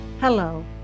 Hello